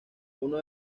uno